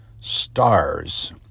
Stars